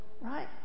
Right